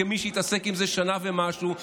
כמי שהתעסק עם זה שנה ומשהו,